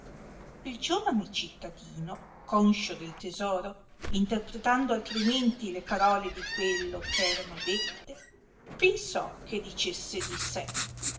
il giovane cittadino conscio del tesoro interpretando altrimenti le parole di quello che erano dette jiensò che dicesse di sé